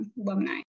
alumni